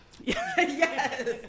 Yes